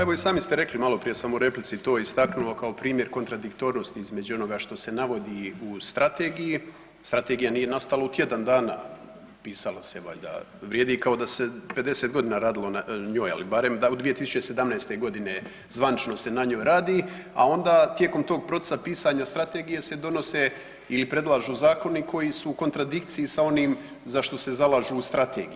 Evo i sami ste rekli maloprije, sam u replici to istaknuo kao primjer kontradiktornosti između ona što se navodi u strategiji, strategija nije nastala u tjedan dana pisala se valjda, vrijedi kao i da se 50 godina radilo na njoj, ali barem da od 2017. godine zvanično se na njoj radi, a onda tijekom tog procesa pisanja strategije se donose ili predlažu zakoni koji su u kontradikciji sa onim za što se zalažu u strategiji.